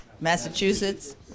Massachusetts